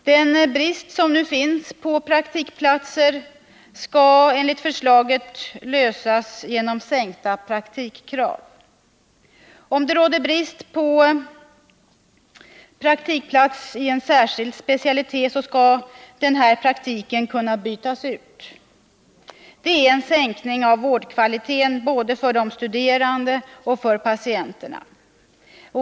Den brist som nu finns på praktikplatser skall enligt förslaget lösas genom sänkta praktikkrav. Om det råder brist på praktikplatser i en särskild specialitet så skall denna praktik kunna bytas ut. Det är en sänkning av vårdkvaliteten både för de studerande och för patienterna.